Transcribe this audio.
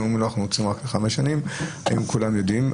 אומרים שהם רוצים רק לחמש שנים אם כולם יודעים.